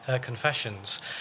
confessions